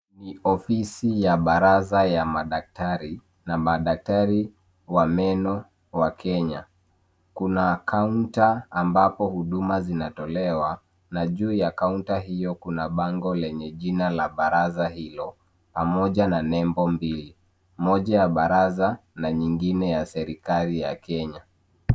Ni ofisi ya baraza ya madaktari na madaktari wa meno wa Kenya. Kuna kaunta ambapo huduma zinatolewa na juu ya kaunti hiyo kuna bango lenye jina la baraza hilo pamoja na nembo mbili moja ya baraza na nyingine ya serikali ya kenya.